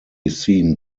seen